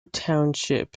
township